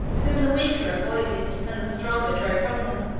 whom the weaker avoided, and the stronger drove from them.